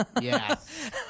Yes